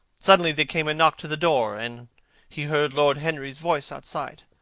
suddenly there came a knock to the door, and he heard lord henry's voice outside.